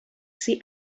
see